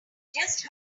just